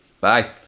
Bye